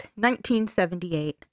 1978